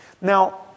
Now